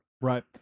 Right